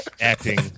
acting